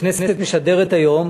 הכנסת משדרת היום